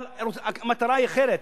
אבל המטרה היא אחרת,